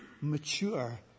mature